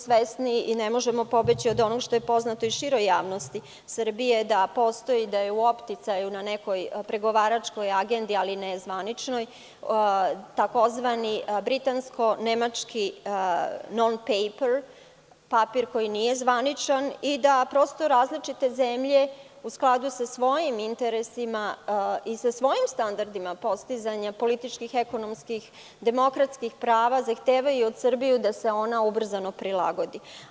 Svesni smo i ne možemo pobeći od onoga što je poznato širom javnosti Srbije, a to je da postoji, da je u opticaju, da je u nekoj pregovaračkoj agendi, ali ne zvaničnoj, tzv. britansko-nemački non paper, papir koji nije zvaničan i da različite zemlje, u skladu sa svojim interesima i sa svojim standardima postizanja politički, ekonomski, demokratskih prava, zahtevaju od Srbije da se ona ubrzano prilagodi.